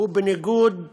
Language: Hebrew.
הוא בניגוד לאפשרות,